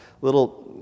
little